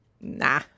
nah